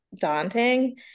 daunting